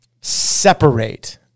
separate